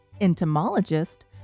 Entomologist